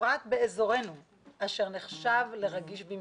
ובפרט באזורנו אשר נחשב לרגיש במיוחד.